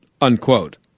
unquote